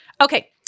Okay